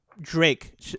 Drake